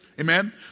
Amen